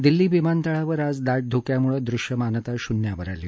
दिल्ली विमानतळावर आज दाट धुक्यामुळे दृष्यमानता शून्यावर आली